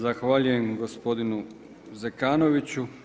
Zahvaljujem gospodinu Zekanoviću.